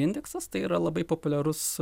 indeksas tai yra labai populiarus